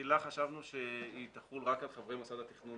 בתחילה חשבנו שההוראה הזאת תחול על חברי מוסד התכנון